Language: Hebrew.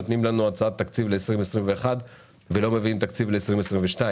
נותנים לנו הצעת תקציב ל-2021 ולא מביאים תקציב ל-2022.